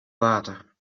water